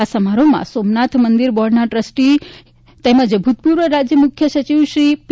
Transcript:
આ સમારોહમાં સોમનાથ મંદિર બોર્ડના ટ્રસ્ટી શ્રી તેમજ ભૂતપૂર્વ રાજ્ય મુખ્ય સચિવશ્રી પી